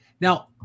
Now